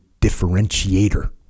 differentiator